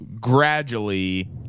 gradually